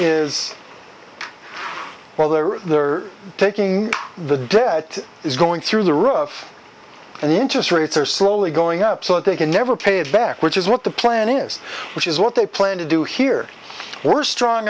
well they're taking the debt is going through the rough and the interest rates are slowly going up so they can never pay it back which is what the plan is which is what they plan to do here we're strong